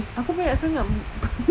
aku banyak sangat